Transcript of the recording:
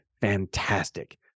fantastic